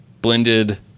blended